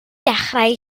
dechrau